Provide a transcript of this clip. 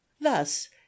thus